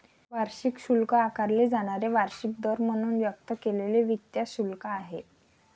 वार्षिक शुल्क आकारले जाणारे वार्षिक दर म्हणून व्यक्त केलेले वित्त शुल्क आहे